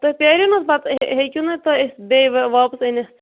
تُہۍ پیرِو نا حظ پَتہ ہیٚکِو نا تُہۍ بیٚیہِ واپَس أنِتھ